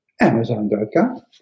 Amazon.com